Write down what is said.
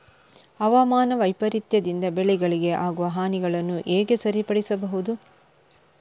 ಹವಾಮಾನ ವೈಪರೀತ್ಯದಿಂದ ಬೆಳೆಗಳಿಗೆ ಆಗುವ ಹಾನಿಗಳನ್ನು ಹೇಗೆ ಸರಿಪಡಿಸಬಹುದು?